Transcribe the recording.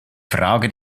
frage